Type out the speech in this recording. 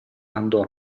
andò